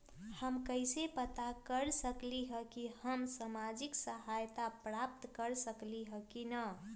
हम कैसे पता कर सकली ह की हम सामाजिक सहायता प्राप्त कर सकली ह की न?